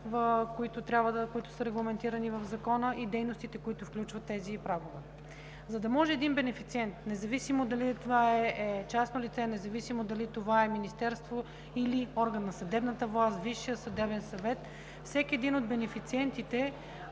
които са регламентирани в Закона и дейностите, които включват тези прагове. За да може един бенефициент, независимо дали е частно лице, дали е министерство, или орган на съдебната власт, Висшият съдебен съвет, всеки един от бенефициентите